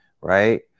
right